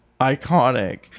iconic